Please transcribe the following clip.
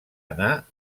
anar